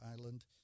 island